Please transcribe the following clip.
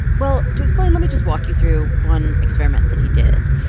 well, to explain, let me just walk you through one experiment that he did.